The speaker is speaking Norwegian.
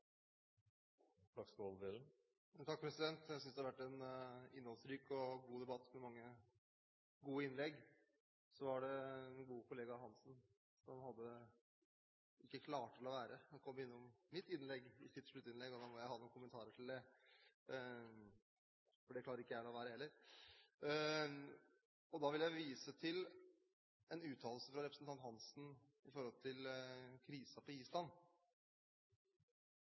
Jeg synes det har vært en innholdsrik og god debatt med mange gode innlegg. Min gode kollega, Svein Roald Hansen, klarte ikke å la være å komme innom mitt innlegg i sitt sluttinnlegg, og jeg har noen kommentarer til det – for det klarer ikke jeg å la være å ha heller. Jeg vil vise til en uttalelse fra representanten Hansen